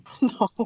no